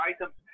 items